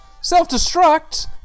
self-destruct